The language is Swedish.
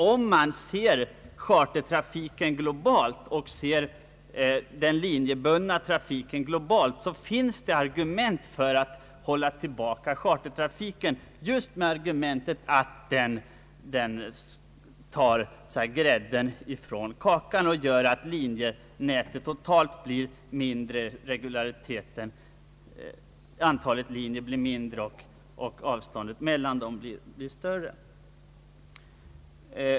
Om man ser chartertrafiken och den linjebundna trafiken globalt, finns det nämligen motiv för att hålla tillbaka chartertrafiken just därför att den tar den bästa biten av kakan och gör att antalet linjer totalt blir mindre och avståndet mellan turerna större.